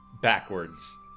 backwards